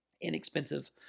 Inexpensive